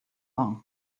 are